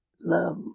love